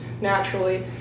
naturally